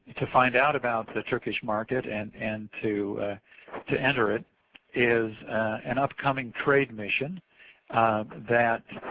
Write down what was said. to find out about the turkish market and and to to enter it is an upcoming trade mission that